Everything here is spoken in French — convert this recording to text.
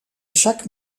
chaque